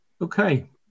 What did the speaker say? Okay